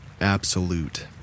absolute